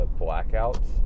blackouts